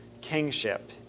kingship